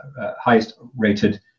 highest-rated